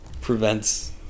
prevents